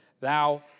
thou